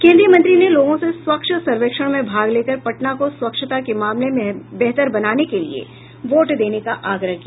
केन्द्रीय मंत्री ने लोगों से स्वच्छ सर्वेक्षण में भाग लेकर पटना को स्वच्छता के मामले में बेहतर बनाने के लिए वोट देने का आग्रह किया